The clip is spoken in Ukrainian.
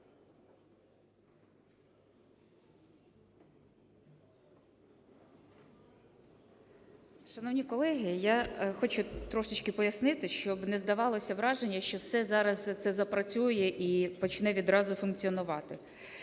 Шановні колеги, я хочу трошечки пояснити, щоб не здавалося враження, що все зараз це запрацює і почне відразу функціонувати.